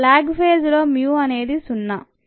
lag phase లో mu అనేది 0